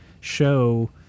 show –